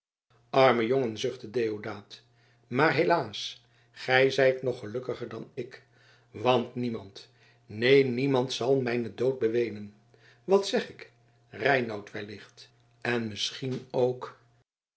arme jongen zuchtte deodaat maar helaas gij zijt nog gelukkiger dan ik want niemand neen niemand zal mijnen dood beweenen wat zeg ik reinout wellicht en misschien ook